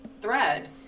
thread